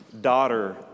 daughter